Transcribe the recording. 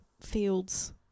Fields